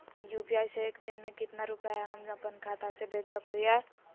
UPI से एक दिन में कितना रुपैया हम अपन खाता से भेज सको हियय?